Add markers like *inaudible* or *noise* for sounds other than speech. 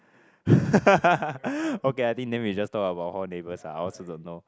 *laughs* okay I think then we just talk about hall neighbours ah I also don't know